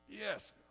Yes